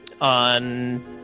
on